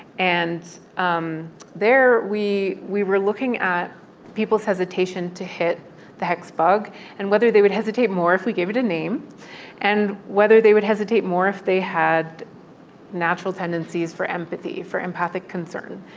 and um there, we we were looking at people's hesitation to hit the hexbug and whether they would hesitate more if we gave it a name and whether they would hesitate more if they had natural tendencies for empathy, for empathic concern.